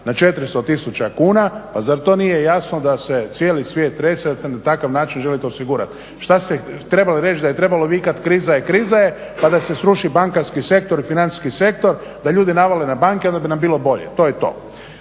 na 400 tisuća kuna, pa zar to nije jasno da se cijeli svijet trese, a da na takav način želite osigurati. Šta ste trebali reći da je trebalo vikati kriza je, kriza je pa da se sruši bankarski i financijski sektor da ljudi navale na banke onda bi nam bilo bolje, to je to.